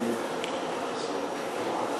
היא יכולה ועוד איך.